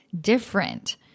different